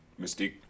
Mystique